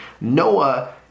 Noah